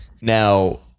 Now